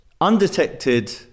undetected